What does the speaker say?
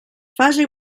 fase